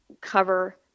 cover